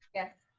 yes.